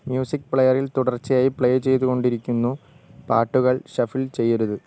music പ്ലെയറിൽ തുടർച്ചയായി play ചെയ്തുകൊണ്ടിരിക്കുന്നു പാട്ടുകൾ ഷഫിൾ ചെയ്യരുത്